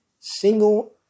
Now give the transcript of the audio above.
single